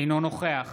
אינו נוכח